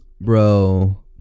Bro